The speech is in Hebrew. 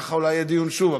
כך אולי יהיה דיון שוב.